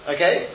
Okay